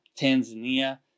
Tanzania